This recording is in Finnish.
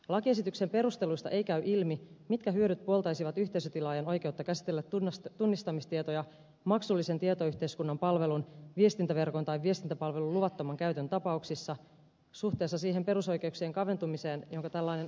lakiesityksen perusteluista ei käy ilmi mitkä hyödyt puoltaisivat yhteisötilaajan oikeutta käsitellä tunnistamistietoja maksullisen tietoyhteiskunnan palvelun viestintäverkon tai viestintäpalvelun luvattoman käytön tapauksissa suhteessa siihen perusoikeuksien kaventumiseen jonka tällainen oikeus aiheuttaa